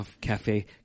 Cafe